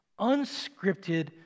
unscripted